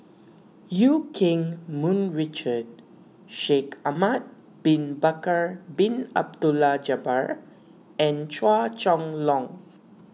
Eu Keng Mun Richard Shaikh Ahmad Bin Bakar Bin Abdullah Jabbar and Chua Chong Long